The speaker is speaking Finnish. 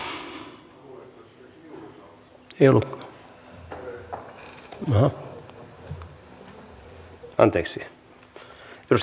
arvoisa puhemies